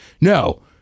No